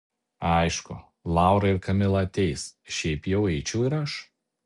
aišku laura ir kamila ateis šiaip jau eičiau ir aš